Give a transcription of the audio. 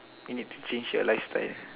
you need to change your lifestyle